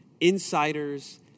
insiders